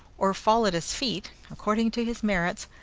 or fall at his feet, according to his merits,